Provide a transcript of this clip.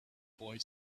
boy